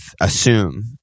assume